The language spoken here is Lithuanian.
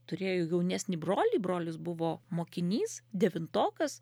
turėjo jaunesnį brolį brolis buvo mokinys devintokas